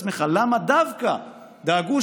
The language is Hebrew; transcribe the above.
חוקי התכנון